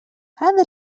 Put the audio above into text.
هذا